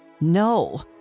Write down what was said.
No